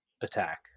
attack